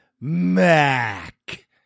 Mac